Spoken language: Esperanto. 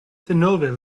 denove